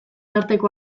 arteko